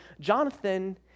Jonathan